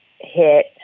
hit